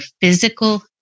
physical